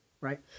right